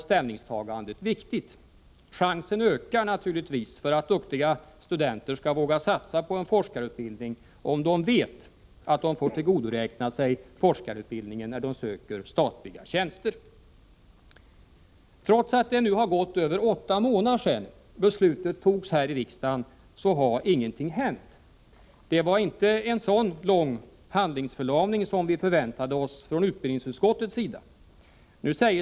Utsikterna för att duktiga studenter skall våga satsa på en forskarutbildning ökar naturligtvis om dessa vet att de får tillgodoräkna sig forskarutbildningen när de söker statliga tjänster. Trots att det nu har gått över åtta månader sedan beslutet fattades här i riksdagen har ingenting hänt. Från utbildningsutskottets sida förväntade vi oss inte en sådan lång tid av handlingsförlamning.